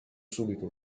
subito